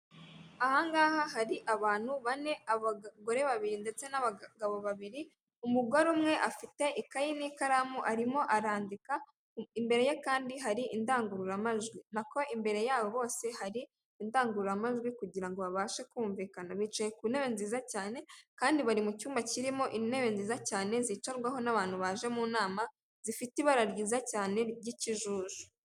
Aha ngaha hari abantu bane, abagore babiri ndetse n'abagabo babiri, umugore umwe afite ikayi n'ikaramu arimo arandika, imbere ye kandi hari indangururamajwi, nako imbere yabo bose hari indangururamajwi kugira ngo babashe kumvikana, bicaye ku ntebe nziza cyane, kandi bari mu cyumba kirimo intebe nziza cyane zicarwaho n'abantu baje mu nama zifite ibara ryiza cyane ry'ikijuju.